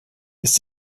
ist